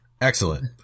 Excellent